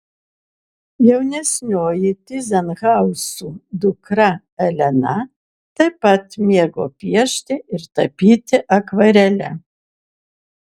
jaunesnioji tyzenhauzų dukra elena taip pat mėgo piešti ir tapyti akvarele